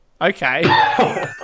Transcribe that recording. Okay